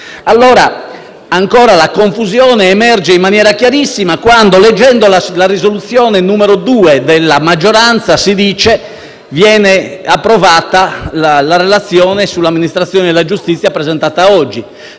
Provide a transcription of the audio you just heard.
E ancora, la confusione emerge in maniera chiarissima quando, nella proposta di risoluzione n. 2 della maggioranza, si dice che viene approvata la relazione sull'amministrazione della giustizia presentata oggi,